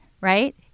Right